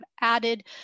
added